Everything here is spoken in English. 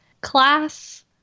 class